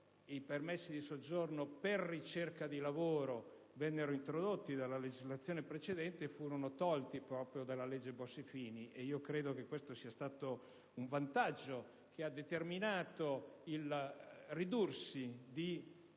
i permessi di soggiorno per ricerca di lavoro vennero introdotti dalla legislazione precedente ed eliminati proprio dalla legge Bossi-Fini, e credo che questo sia stato un vantaggio che ha determinato il ridursi di